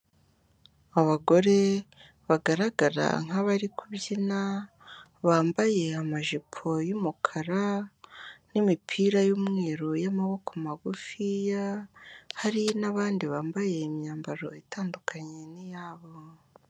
Abagore bagaragara nk'abari kubyina, bambaye amajipo y'umukara n'imipira y'umweru y'amaboko magufiya, hari n'abandi bambaye imyambaro itandukanye n'iyabo.